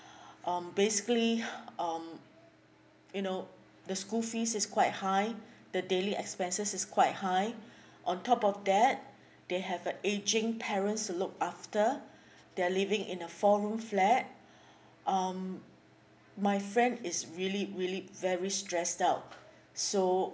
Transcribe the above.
um basically um you know the school fees is quite high the daily expenses is quite high on top of that they have the aging parents to look after they're living in a four room flat um my friend is really really very stressed out so